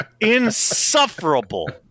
insufferable